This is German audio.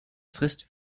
frist